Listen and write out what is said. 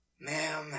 Ma'am